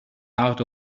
out